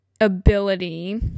ability